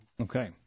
Okay